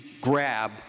grab